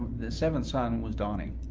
the seventh son was donny.